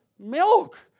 Milk